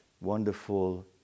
wonderful